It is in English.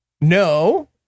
No